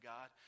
God